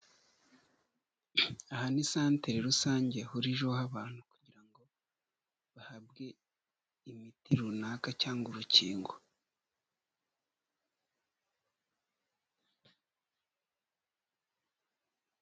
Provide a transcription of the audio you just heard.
Aha ni santere rusange ihuriraho abantu, kugira ngo bahabwe imiti runaka cyangwa urukingo.